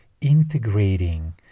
integrating